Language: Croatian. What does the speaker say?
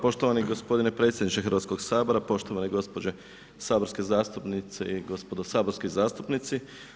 Poštovani gospodine predsjedniče Hrvatskog sabora, poštovani gospođe saborske zastupnice i gospodo saborski zastupnici.